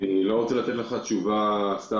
אני לא רוצה לתת לך תשובה סתם,